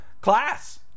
class